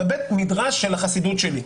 בבית המדרש של החסידות שלי,